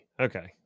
Okay